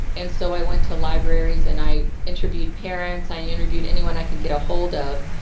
and so i went to libraries and i interviewed parents, i interviewed anyone i can get ahold of.